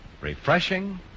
refreshing